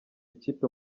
ikipe